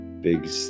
big